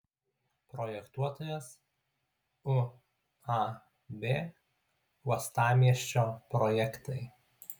projektuotojas uab uostamiesčio projektai